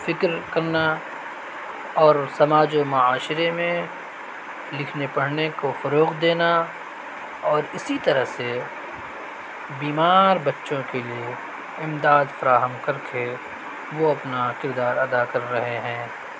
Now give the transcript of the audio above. فکر کرنا اور سماج و معاشرے میں لکھنے پڑھنے کو فروغ دینا اور اسی طرح سے بیمار بچوں کے لیے امداد فراہم کر کے وہ اپنا کردار ادا کر رہے ہیں